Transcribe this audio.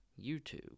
YouTube